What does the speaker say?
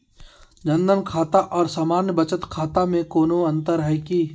जन धन खाता और सामान्य बचत खाता में कोनो अंतर है की?